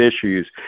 issues